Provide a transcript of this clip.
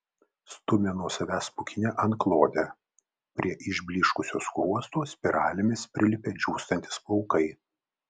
stumia nuo savęs pūkinę antklodę prie išblyškusio skruosto spiralėmis prilipę džiūstantys plaukai